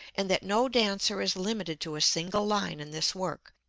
and that no dancer is limited to a single line in this work,